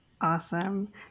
awesome